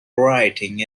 writing